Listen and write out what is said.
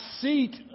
seat